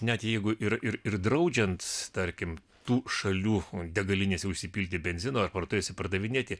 net jeigu ir ir ir draudžiant tarkim tų šalių degalinėse užsipilti benzino ar parduotuvėse pardavinėti